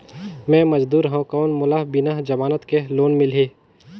मे मजदूर हवं कौन मोला बिना जमानत के लोन मिलही?